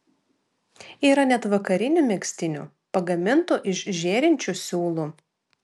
yra net vakarinių megztinių pagamintų iš žėrinčių siūlų